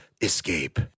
Escape